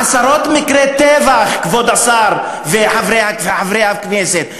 עשרות מקרי טבח, כבוד השר וחברי הכנסת.